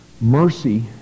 mercy